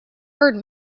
heard